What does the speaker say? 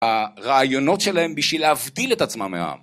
הרעיונות שלהם בשביל להבדיל את עצמם מה...